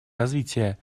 развития